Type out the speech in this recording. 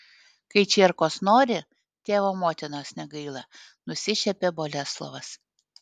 kai čierkos nori tėvo motinos negaila nusišiepė boleslovas